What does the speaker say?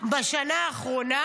בשנה האחרונה,